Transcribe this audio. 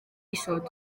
isod